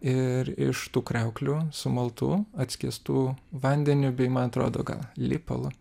ir iš tų kriauklių sumaltų atskiestų vandeniu bei man atrodo gal lipalu